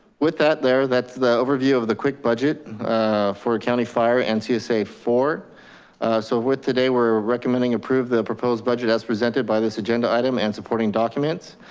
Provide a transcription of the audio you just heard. with that there that's the overview of the quick budget for county fire and csa four. so with today, we're recommending approve the proposed budget as presented by this agenda item and supporting documents.